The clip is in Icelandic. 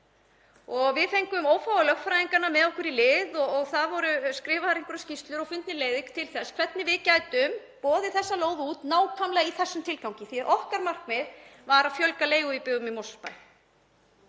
Við fengum ófáa lögfræðinga með okkur í lið og það voru skrifaðar einhverjar skýrslur og fundnar leiðir til þess að við gætum boðið þessa lóð út nákvæmlega í þessum tilgangi því okkar markmið var að fjölga leiguíbúðum í